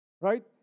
Right